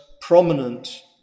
prominent